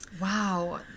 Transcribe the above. Wow